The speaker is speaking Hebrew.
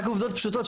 רק עובדות פשוטות.